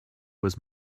was